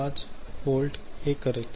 5 volt हे करेल